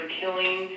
killing